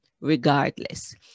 regardless